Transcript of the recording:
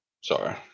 Sorry